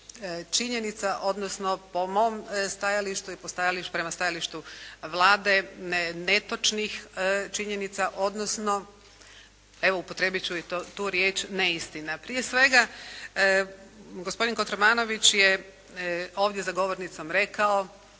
činjenica odnosno po mom stajalištu i prema stajalištu Vlade netočnih činjenica odnosno evo upotrijebit ću i tu riječ, neistina. Prije svega gospodin Kotromanović je ovdje za govornicom rekao,